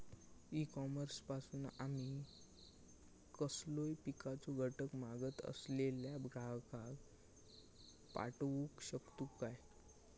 E commerce पासून आमी कसलोय पिकाचो घटक मागत असलेल्या ग्राहकाक पाठउक शकतू काय?